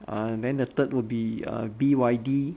uh then the third will be err B_Y_D